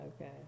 Okay